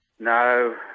No